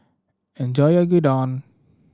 enjoy your Gyudon